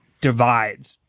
divides